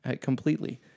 completely